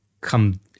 come